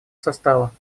состава